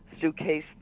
Suitcase